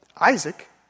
Isaac